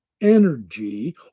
energy